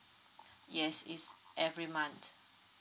yes is every month